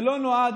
זה לא נועד,